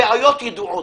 הבעיות ידועות,